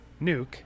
Nuke